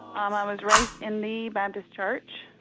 um, i was raised in the baptist church.